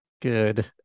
good